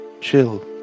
Chill